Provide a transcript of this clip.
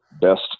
best